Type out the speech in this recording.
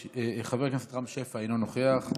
חבר הכנסת רם שפע, אינו נוכח.